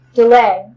delay